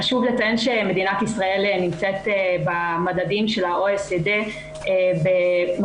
חשוב לציין שמדינת ישראל נמצאת במדדים של ה-OECD במקום